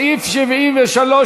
סעיף 73,